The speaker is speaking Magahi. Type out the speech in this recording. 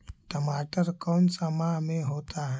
टमाटर कौन सा माह में होता है?